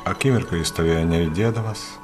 akimirką jis stovėjo nejudėdamas